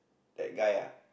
that guy ah